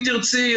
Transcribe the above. אם תרצי,